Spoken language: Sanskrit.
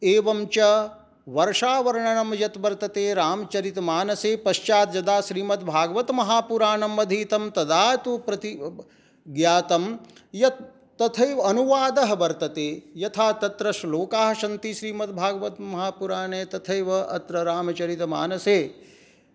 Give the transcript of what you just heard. एवं च वर्षावर्णनं यत् वर्तते रामचरितमानसे पश्चात् यदा श्रीमद्भागवद् महापुराणम् अधीतं तदा तु प्रति ज्ञातं यद् तथैव अनुवादः वर्तते यथा तत्र श्लोकाः सन्ति श्रीमद्भागद् महापुराणे तथैव अत्र रामचरितमानसे